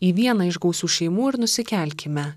į vieną iš gausių šeimų ir nusikelkime